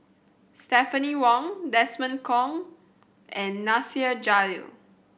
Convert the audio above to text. Stephanie Wong Desmond Kon and Nasir Jalil